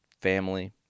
family